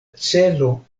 celo